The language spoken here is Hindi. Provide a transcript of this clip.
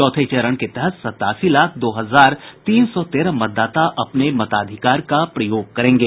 चौथे चरण के तहत सतासी लाख दो हजार तीन सौ तेरह मतदाता अपने मताधिकार का प्रयोग करेंगे